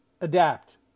Adapt